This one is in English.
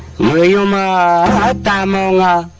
la yeah um la la la